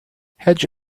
hedge